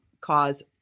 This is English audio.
cause